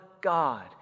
God